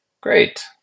Great